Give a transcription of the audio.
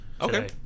Okay